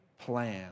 plan